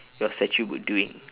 your statue be doing